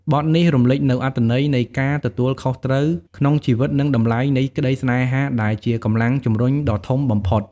បទនេះរំលេចនូវអត្ថន័យនៃការទទួលខុសត្រូវក្នុងជីវិត និងតម្លៃនៃក្តីស្នេហាដែលជាកម្លាំងជំរុញដ៏ធំបំផុត។